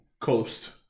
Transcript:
coast